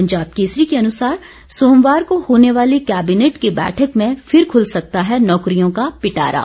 पंजाब केसरी के अनुसार सोमवार को होने वाली केबिनेट की बैठक में फिर खुल सकता है नौकरियों का पिटारा